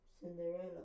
Cinderella